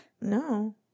No